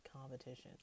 competition